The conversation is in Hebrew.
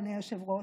אדוני היושב-ראש,